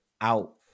out